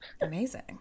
Amazing